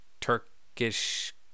turkish